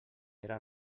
era